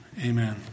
amen